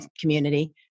community